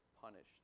punished